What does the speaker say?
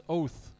oath